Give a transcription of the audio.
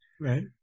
Right